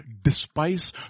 despise